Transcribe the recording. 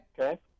okay